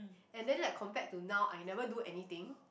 and then like compared to now I never do anything